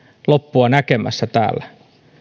loppua näkemässä täällä